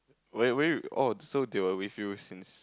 where where you oh so they were with you since